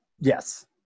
Yes